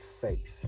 faith